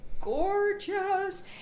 gorgeous